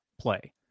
play